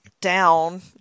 down